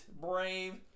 brave